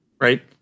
right